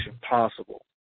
possible